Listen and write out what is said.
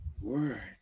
word